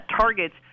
targets